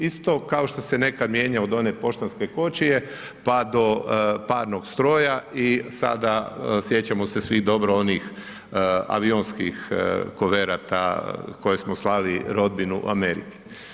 Isto kao što se nekad mijenjao od one poštanske kočije pa do parnog stroja i sada, sjećamo se svi dobro onih avionskih kuverata koje smo slali rodbini u Ameriku.